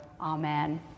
amen